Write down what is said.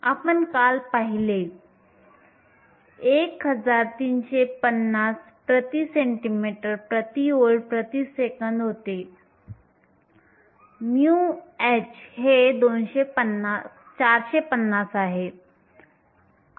आपण काल पाहिले की 1350 cm2 v 1 s 1 होते μh हे 450 आहे